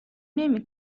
نمی